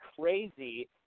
crazy